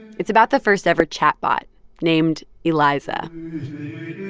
it's about the first-ever chatbot named eliza